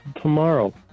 tomorrow